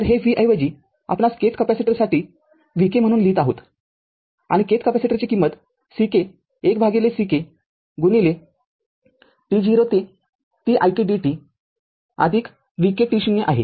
तर हे v ऐवजी आपण kth कॅपेसिटरसाठी vk म्हणून लिहीत आहोत आणि kth कॅपेसिटरची किंमत Ck १Ck गुणिले t0ते t it dt vk t0 इतके आहे